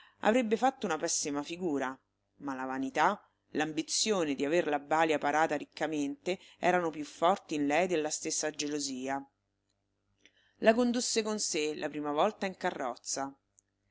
avrebbe fatto una pessima figura ma la vanità l'ambizione di aver la balia parata riccamente erano più forti in lei della stessa gelosia la condusse con sé la prima volta in carrozza